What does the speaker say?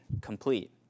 complete